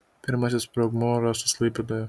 pirmasis sprogmuo rastas klaipėdoje